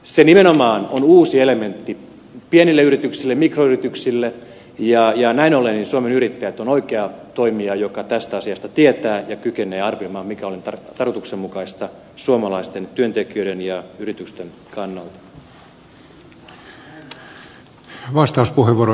se nimenomaan on uusi elementti pienille yrityksille mikroyrityksille ja näin ollen suomen yrittäjät on oikea toimija joka tästä asiasta tietää ja kykenee arvioimaan mikä on tarkoituksenmukaista suomalaisten työntekijöiden ja yritysten kannalta